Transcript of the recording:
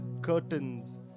curtains